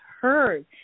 heard